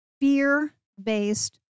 fear-based